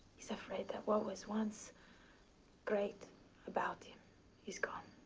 he is afraid that what was once great about him is gone.